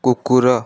କୁକୁର